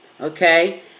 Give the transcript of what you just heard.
okay